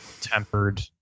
tempered